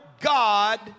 God